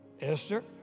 Esther